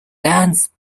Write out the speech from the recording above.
dance